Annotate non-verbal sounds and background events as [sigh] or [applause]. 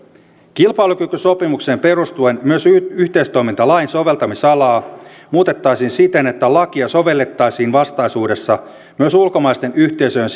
kilpailukykysopimukseen perustuen myös yhteistoimintalain soveltamisalaa muutettaisiin siten että lakia sovellettaisiin vastaisuudessa myös ulkomaisten yhteisöjen [unintelligible]